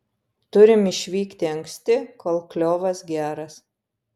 turim išvykti anksti kol kliovas geras